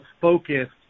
focused